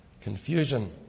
confusion